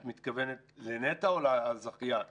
את מתכוונת לנת"ע או לקבלן?